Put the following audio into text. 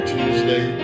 Tuesday